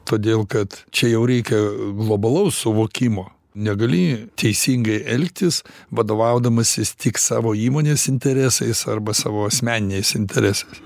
todėl kad čia jau reikia globalaus suvokimo negali teisingai elgtis vadovaudamasis tik savo įmonės interesais arba savo asmeniniais interesais